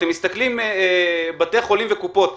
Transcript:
אתם מסתכלים על בתי חולים וקופות חולים.